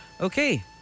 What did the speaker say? okay